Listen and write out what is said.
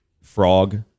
frog